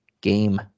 game